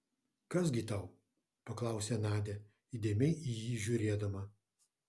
kas gi tau paklausė nadia įdėmiai į jį žiūrėdama